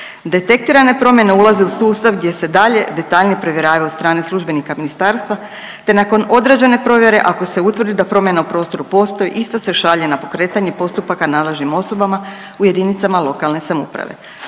Detektirane promjene ulaze u sustav gdje se dalje detaljnije provjeravaju od strane službenika ministarstva, te nakon određene provjere, ako se utvrdi da promjena u prostoru postoji ista se šalje na pokretanje postupaka nadležnim osobama u jedinicama lokalne samouprave.